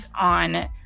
on